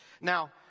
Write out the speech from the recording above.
Now